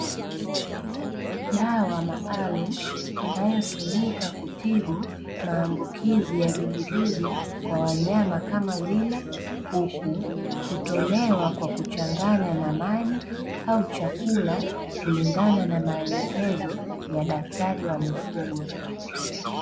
Dawa maalumu inayotumika kutibu maambukizi ya vijidudu kwa wanyama, kama vile kuku. Hutolewa kwa kuchanganya na maji au chakula kulingana na maelekezo ya daktari wa mifugo.